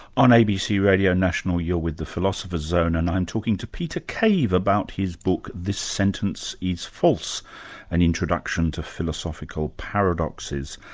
on abc radio national you're with the philosopher's zone and i'm talking to peter cave about his book the sentence is false an introduction to philosophical paradoxes.